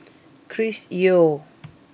Chris Yeo